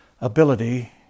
ability